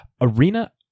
Arena